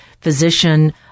physician